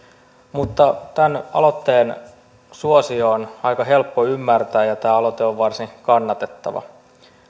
mutta tämän aloitteen suosio on aika helppo ymmärtää ja tämä aloite on varsin kannatettava